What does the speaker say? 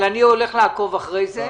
בסדר, אבל אני הולך לעקוב אחרי זה.